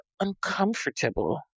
uncomfortable